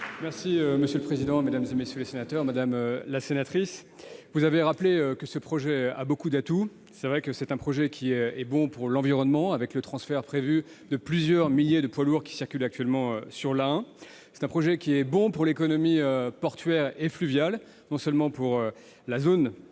Monsieur le président, mesdames, messieurs les sénateurs, madame la sénatrice, vous avez rappelé que ce projet a beaucoup d'atouts. Il est vrai que c'est un projet qui est bon pour l'environnement, avec le transfert prévu de plusieurs milliers de poids lourds qui circulent actuellement sur l'A1. C'est un projet qui est bon pour l'économie portuaire et fluviale, non seulement pour la